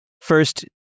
first